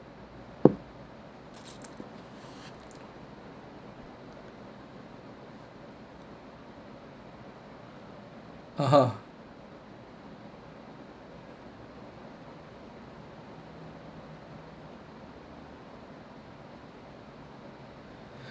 (uh huh)